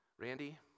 Randy